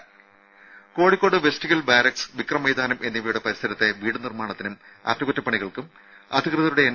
രുപ Kozhikode West Hill barracks Vikram മൈതാനം എന്നിവയുടെ പരിസരത്തെ വീട് നിർമ്മാണത്തിനും അറ്റകുറ്റ പണികൾക്കും അധികൃതരുടെ എൻ